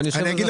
בוא נחשוב.